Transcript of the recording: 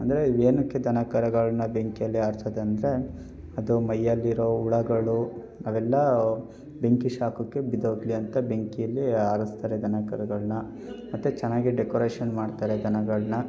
ಅಂದರೆ ಏನಕ್ಕೆ ದನ ಕರುಗಳ್ನ ಬೆಂಕಿಯಲ್ಲಿ ಆರ್ಸೋದಂದ್ರೆ ಅದು ಮೈಯ್ಯಲ್ಲಿರೋ ಹುಳುಗಳು ಅವೆಲ್ಲ ಬೆಂಕಿ ಶಾಖಕ್ಕೆ ಬಿದ್ದೋಗ್ಲಿ ಅಂತ ಬೆಂಕಿಯಲ್ಲಿ ಆರಿಸ್ತಾರೆ ದನ ಕರುಗಳ್ನ ಮತ್ತೆ ಚೆನ್ನಾಗೆ ಡೆಕೊರೇಶನ್ ಮಾಡ್ತಾರೆ ದನಗಳನ್ನ